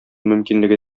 мөмкинлеге